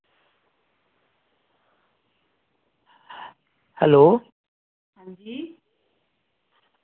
hello